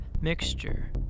mixture